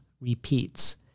repeats